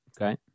Okay